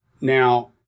Now